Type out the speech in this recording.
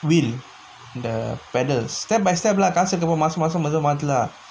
wheel the pedals step by step lah காசு இருக்கும்போது மாசம் மாசம் மெதுவா மாத்தலா:kaasu irukkumpothu maasam maasam methuvaa maathulaa